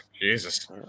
Jesus